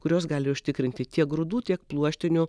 kurios gali užtikrinti tiek grūdų tiek pluoštinių